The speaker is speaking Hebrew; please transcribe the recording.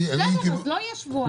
בסדר, אז לא יהיה שבועיים.